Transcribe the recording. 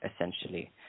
essentially